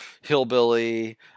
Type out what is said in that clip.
hillbilly